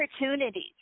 opportunities